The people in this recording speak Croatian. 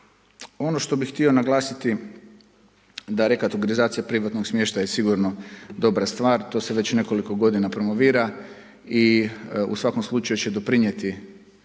Ono što bi htio naglasiti da …/Govornik se ne razumije./… privatnog smještaja je sigurno dobra stvar, to se već nekoliko godina promovira i u svakom slučaju će doprinijeti